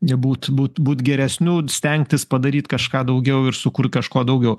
nebūt būt būt geresniu stengtis padaryt kažką daugiau ir sukurt kažko daugiau